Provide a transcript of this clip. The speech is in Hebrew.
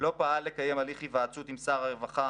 לא פעל לקיים הליך היוועצות עם שר הרווחה,